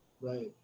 right